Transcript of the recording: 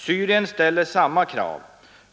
Syrien ställer samma krav.